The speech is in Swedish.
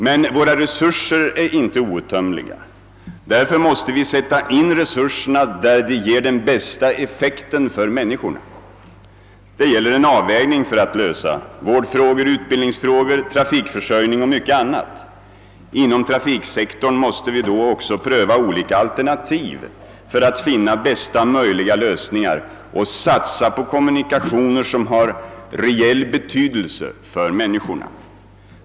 Men våra resurser är inte outtömliga. Därför måste vi sätta in resurserna där de ger den bästa effekten för människorna. Det gäller en avvägning för att lösa vårdfrågor, utbildningsfrågor, trafikförsörjning och mycket annat. Inom trafiksektorn måste vi då också pröva olika alternativ för att finna bästa möjliga lösningar och satsa på kommunikationer, som har reell betydelse för människorna.